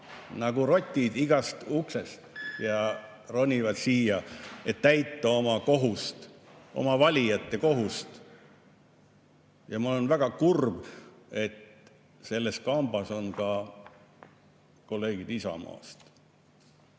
nagu rotid igast uksest ronivad siia, et täita oma kohust, oma valijate kohust. Ja ma olen väga kurb, et selles kambas on ka kolleegid Isamaast.